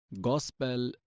Gospel